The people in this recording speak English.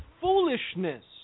foolishness